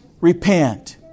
repent